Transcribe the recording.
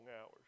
hours